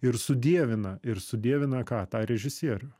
ir sudievina ir sudievina ką tą režisierių